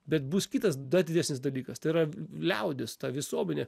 bet bus kitas dar didesnis dalykas tai yra liaudis ta visuomenė